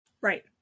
right